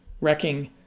wrecking